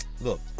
look